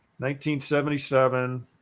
1977